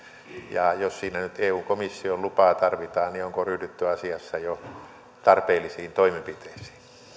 ja jos siinä nyt eun komission lupaa tarvitaan niin onko ryhdytty asiassa jo tarpeellisiin toimenpiteisiin